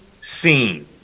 seen